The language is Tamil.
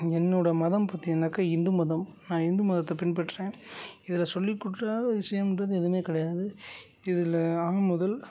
என்னோடய மதம் பார்த்திங்கன்னாக்கா இந்து மதம் நான் இந்து மதத்தைப் பின்பற்றுறேன் இதில் சொல்லிக் கூற்றாத ஒரு விஷயம்ன்றது எதுவுமே கிடையாது இதில் ஆ முதல்